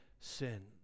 sin